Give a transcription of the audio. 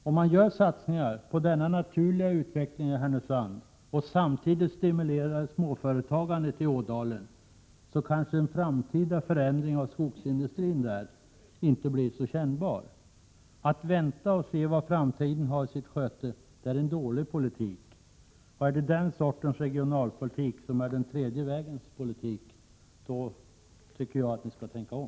Om man gör satsningar på denna naturliga utveckling i Härnösand och samtidigt stimulerar småföretagandet i Ådalen, kanske en framtida förändring av skogsindustrin där inte blir så kännbar som den annars skulle bli. Att 37 vänta och se vad framtiden har i sitt sköte är en dålig politik. Är det den sortens regionalpolitik som är den tredje vägens politik? Då tycker jag att ni skall tänka om.